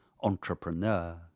entrepreneur